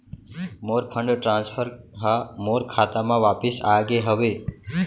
मोर fund transfer हा मोर खाता मा वापिस आ गे हवे